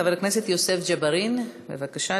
חבר הכנסת יוסף ג'בארין, בבקשה,